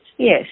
Yes